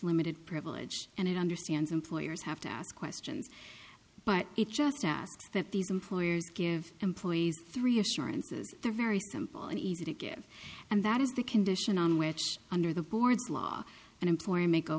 limited privilege and it understands employers have to ask questions but it just that these employers give employees three assurances they're very simple and easy to give and that is the condition on which under the board's law and employment go